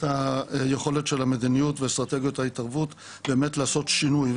היכולת של המדיניות ואסטרטגיות ההתערבות לעשות שינוי.